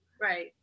Right